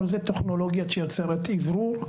אבל זה טכנולוגיה שיוצרת אוורור.